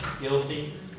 guilty